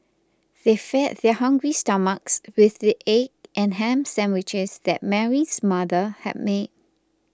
they fed their hungry stomachs with the egg and ham sandwiches that Mary's mother had made